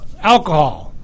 alcohol